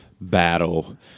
battle